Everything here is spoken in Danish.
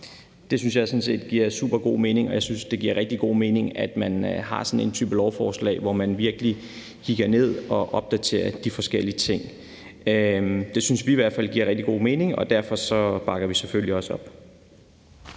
jeg sådan set giver supergod mening, og jeg synes, det giver rigtig god mening, at man har sådan en type lovforslag, hvor man virkelig kigger ned i det og opdaterer de forskellige ting. Det synes vi i hvert fald giver rigtig god mening, og derfor bakker vi selvfølgelig også op